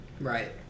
Right